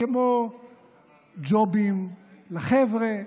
כמו ג'ובים לחבר'ה,